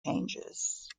changes